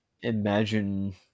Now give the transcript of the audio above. imagine